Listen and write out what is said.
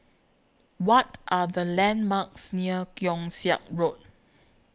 What Are The landmarks near Keong Saik Road